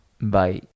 Bye